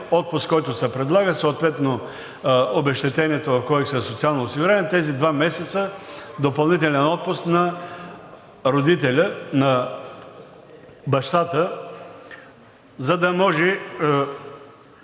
отпуск, който се предлага, съответно обезщетението в Кодекса за социално осигуряване, тези два месеца допълнителен отпуск на родителя, на бащата, за да може